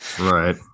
Right